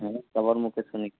হ্যাঁ সবার মুখে শুনেছি